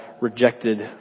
rejected